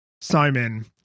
Simon